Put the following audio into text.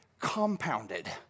compounded